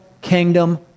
kingdom